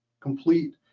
complete